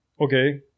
Okay